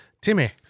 Timmy